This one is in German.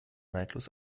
neidlos